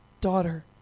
daughter